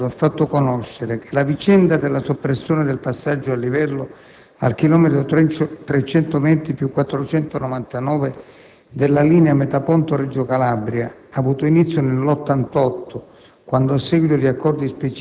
la società Ferrovie dello Stato ha fatto conoscere che la vicenda della soppressione del passaggio a livello al chilometro 320+499 della linea Metaponto-Reggio Calabria ha avuto inizio nel 1988